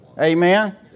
Amen